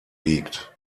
liegt